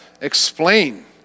explain